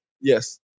Yes